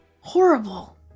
horrible